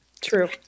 True